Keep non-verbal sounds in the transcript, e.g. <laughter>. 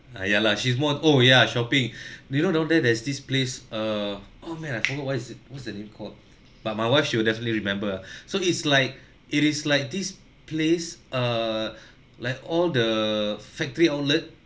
ah ya lah she's more oh ya shopping <breath> do you know down there there's this place err on man I forgot what is what's the name called but my wife she would definitely remember ah <breath> so it's like it is like this place err like all the factory outlet